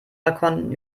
balkon